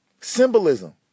Symbolism